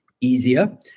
easier